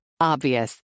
Obvious